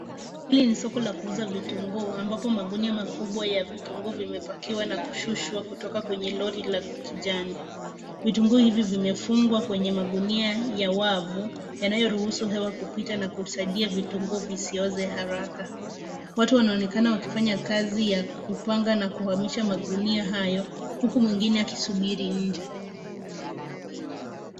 Hili ni soko la kuuza vitunguu, ambapo magunia makubwa ya vitunguu vimepakiwa na kushushwa kutoka kwenye lori la kijani. Vitunguu hivi vimefungwa kwenye magunia ya wavu, yanayoruhusu hewa kupita na kusaidia vitunguu visioze haraka. Watu wanaonekana wakifanya kazi ya kupanga na kuhamisha magunia hayo, huku mwingine akisubiri nje.